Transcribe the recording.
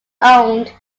owned